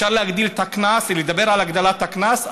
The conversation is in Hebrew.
אפשר להגדיל את הקנס ולדבר על הגדלת הקנס,